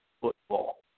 football